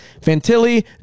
Fantilli